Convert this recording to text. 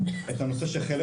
שחלק